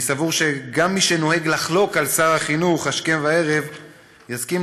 אני סבור שגם מי שנוהג לחלוק על שר החינוך השכם והערב יסכים